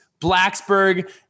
Blacksburg